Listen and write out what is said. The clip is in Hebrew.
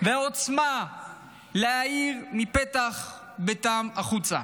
והעוצמה להאיר מפתח ביתן החוצה.